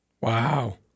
Wow